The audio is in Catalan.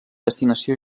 destinació